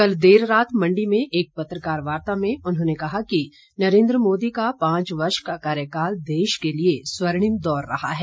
कल देर रात मंडी में एक पत्रकार वार्ता में उन्होंने कहा कि नरेंद्र मोदी का पांच वर्ष का कार्यकाल देश के लिए स्वर्णिम दौर रहा है